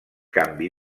canvi